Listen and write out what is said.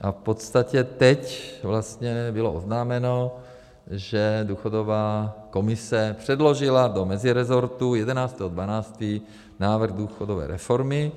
A v podstatě teď vlastně bylo oznámeno, že důchodová komise předložila do mezirezortu 11. 12. návrh důchodové reformy.